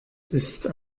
ist